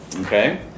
Okay